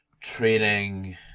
training